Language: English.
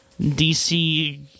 DC